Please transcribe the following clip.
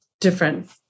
different